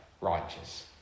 righteous